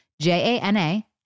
J-A-N-A